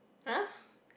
[huh]